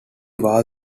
war